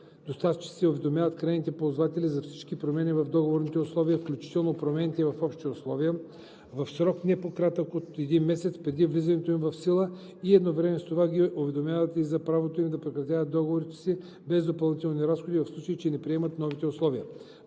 доставчиците уведомяват крайните ползватели за всички промени в договорните условия, включително промени в общите условия, в срок, не по-кратък от един месец преди влизането им в сила, и едновременно с това ги уведомяват и за правото им да прекратят договора си без допълнителни разходи, в случай че не приемат новите условия.